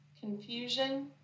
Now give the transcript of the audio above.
confusion